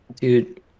dude